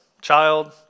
child